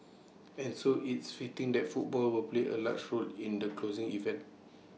and so it's fitting that football will play A large role in the closing event